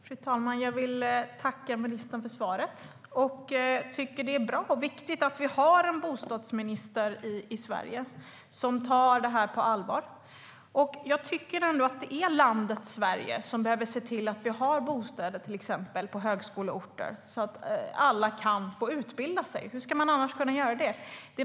Fru talman! Jag vill tacka ministern för svaret. Det är bra och viktigt att vi har en bostadsminister i Sverige som tar det här på allvar. Jag tycker ändå att det är landet Sverige som behöver se till att vi har bostäder på till exempel högskoleorter så att alla kan utbilda sig. Hur ska man annars kunna göra det?